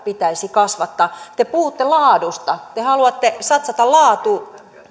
pitäisi kasvattaa te puhutte laadusta te haluatte satsata laatuun